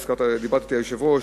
היושב-ראש,